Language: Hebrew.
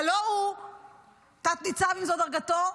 הלוא הוא תת-ניצב, אם זו דרגתו,